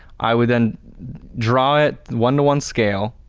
i would then draw it one one scale.